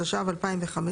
התשע"ו-2015